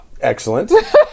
Excellent